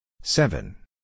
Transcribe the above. Seven